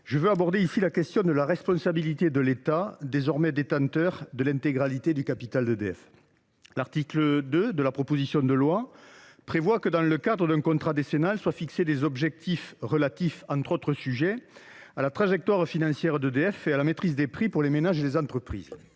Je centrerai mon propos sur la responsabilité de l’État, désormais détenteur de l’intégralité du capital d’EDF. L’article 2 de cette proposition de loi prévoit que, dans le cadre d’un contrat décennal, soient fixés des objectifs relatifs, entre autres sujets, à la trajectoire financière d’EDF et à la maîtrise des prix pour les ménages et les entreprises.